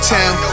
Town